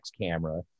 camera